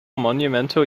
monumental